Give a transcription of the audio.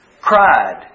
cried